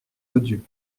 odieux